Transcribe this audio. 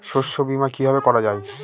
শস্য বীমা কিভাবে করা যায়?